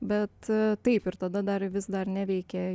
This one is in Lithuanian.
bet taip ir tada dar vis dar neveikia